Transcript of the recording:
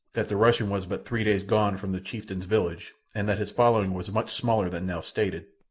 that the russian was but three days gone from the chieftain's village and that his following was much smaller than now stated,